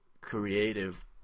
creative